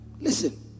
listen